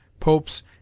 Pope's